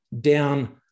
down